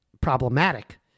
problematic